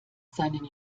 seinen